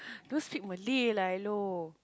don't speak Malay lah hello